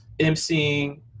MCing